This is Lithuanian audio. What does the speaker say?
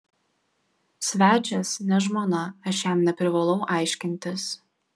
svečias ne žmona aš jam neprivalau aiškintis